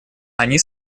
они